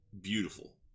beautiful